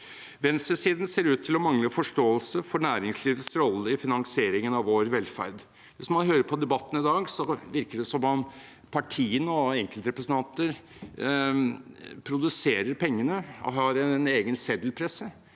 Venstresiden ser ut til å mangle forståelse for næringslivets rolle i finansieringen av vår velferd. Når man hører på debatten i dag, virker det som om partiene og enkeltrepresentanter produserer pengene og har en egen seddelpresse.